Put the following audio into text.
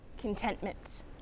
contentment